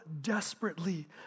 desperately